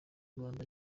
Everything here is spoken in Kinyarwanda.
rwanda